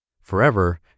Forever